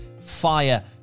fire